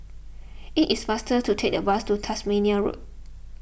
it is faster to take the bus to Tasmania Road